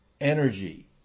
energy